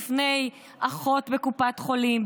בפני אחות בקופת חולים,